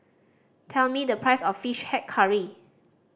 tell me the price of Fish Head Curry